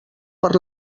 per